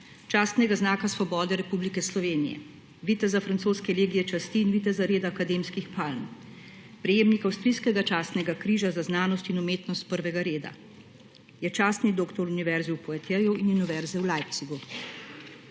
častnega znaka svobode Republike Slovenije, viteza francoske legije časti in viteza reda akademskih palm. Prejemnik avstrijskega častnega križa za znanost in umetnost prvega reda. Je častni doktor Univerze v Poitiersu in Univerze v Leipzigu.